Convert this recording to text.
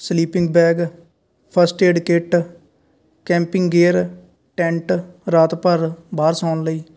sleeping bag first aid kit camping gear tent ਰਾਤ ਭਰ ਬਾਹਰ ਸੌਣ ਲਈ